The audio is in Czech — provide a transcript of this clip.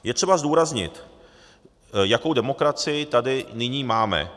Je třeba zdůraznit, jakou demokracii tady nyní máme.